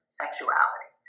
sexuality